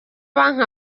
banki